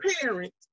parents